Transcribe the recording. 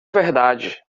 verdade